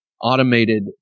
automated